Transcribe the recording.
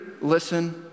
Listen